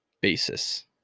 basis